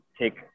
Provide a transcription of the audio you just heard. take